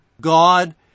God